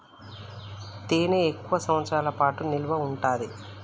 తేనె ఎక్కువ సంవత్సరాల పాటు నిల్వ ఉంటాది